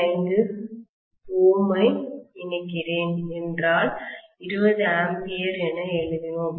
5 Ω ஐ இணைக்கிறேன் என்றால் 20 A என எழுதினோம்